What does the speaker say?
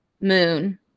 moon